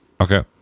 Okay